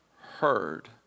heard